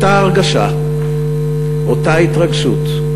אותה הרגשה, אותה התרגשות,